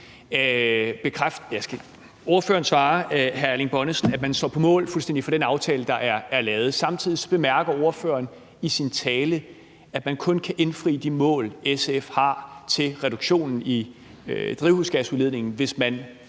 at man står fuldstændig på mål for den aftale, der er lavet. Samtidig bemærker ordføreren i sin tale, at man kun kan indfri de mål, SF har til reduktionen i drivhusgasudledningen, hvis man